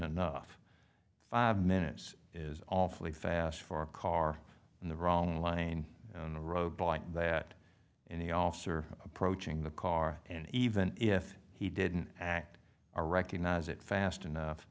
enough five minutes is awfully fast for a car in the wrong line on a road bike that any officer approaching the car and even if he didn't act a recognize it fast enough